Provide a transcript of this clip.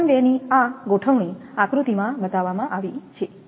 ઉદાહરણ 2 ની આ ગોઠવણી આકૃતિમાં બતાવવામાં આવી છે